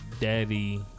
Daddy